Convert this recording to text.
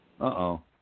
Uh-oh